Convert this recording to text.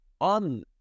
on